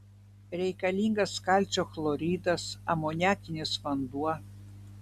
reikalingas kalcio chloridas amoniakinis vanduo